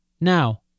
Now